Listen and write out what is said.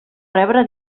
rebre